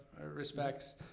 respects